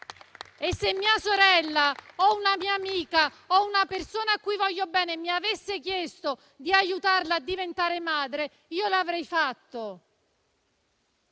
Se mia sorella, una mia amica o una persona a cui voglio bene mi avesse chiesto di aiutarla a diventare madre, io l'avrei fatto.